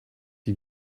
die